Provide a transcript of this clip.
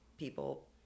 people